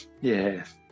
Yes